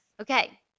Okay